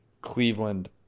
Cleveland